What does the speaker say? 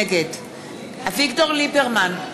נגד אביגדור ליברמן,